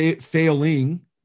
failing